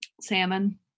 Salmon